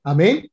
Amen